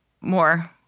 more